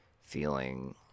feeling